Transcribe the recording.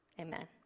amen